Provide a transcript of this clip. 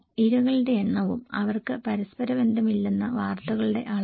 ഇരകളുടെ എണ്ണവും അവർക്ക് പരസ്പര ബന്ധമില്ലെന്ന വാർത്തകളുടെ അളവും